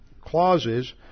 clauses